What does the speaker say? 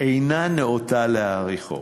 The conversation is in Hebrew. לא ניאותה להאריכו.